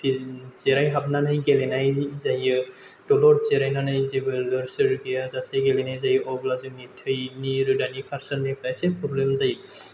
फिन जिरायहाबनानै गेलेनाय जायो दलर जिरायनानै जेबो लोरसोर गैयाजासे गेलेनाय जायो अब्ला जोंनि थैनि रोदानि खारसारनायफोरा एसे प्रब्लेम जायो